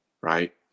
right